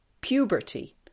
puberty